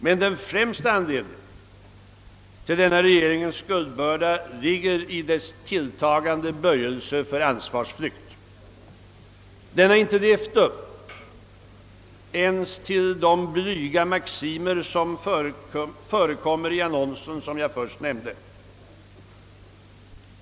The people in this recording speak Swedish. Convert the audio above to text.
Men den främsta anledningen till denna regeringens skuldbörda ligger i regeringens tilltagande böjelse för ansvarsflykt. Regeringen har inte levt upp ens till de blyga maximer som förekommer i den annons jag inledningsvis nämnde.